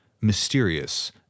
mysterious